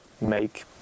make